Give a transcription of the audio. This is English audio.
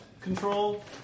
control